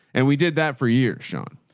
and we did that for years, sean,